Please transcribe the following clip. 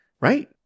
right